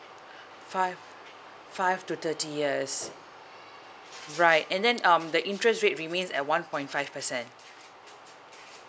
five five to thirty years right and then um the interest rate remains at one point five percent